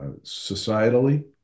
Societally